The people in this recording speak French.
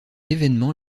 événement